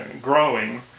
growing